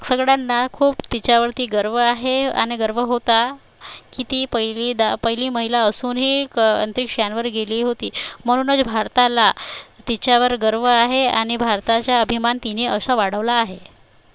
सगळ्यांना खूप तिच्यावरती गर्व आहे आणि गर्व होता की ती पहिली दा महिला असूनही क अंतरिक्षयानावर गेली होती म्हणूनच भारताला तिच्यावर गर्व आहे आणि भारताच्या अभिमान तिने असा वाढवला आहे